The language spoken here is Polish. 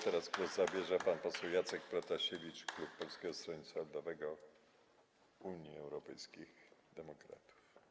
Teraz głos zabierze pan poseł Jacek Protasiewicz, klub Polskiego Stronnictwa Ludowego - Unii Europejskich Demokratów.